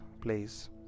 place